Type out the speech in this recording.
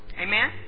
Amen